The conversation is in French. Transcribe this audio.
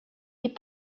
est